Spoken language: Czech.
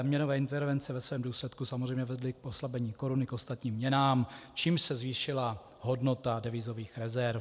Měnové intervence ve svém důsledku samozřejmě vedly k oslabení koruny k ostatním měnám, čímž se zvýšila hodnota devizových rezerv.